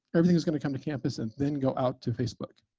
everything is going to come to campus and then go out to facebook.